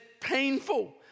painful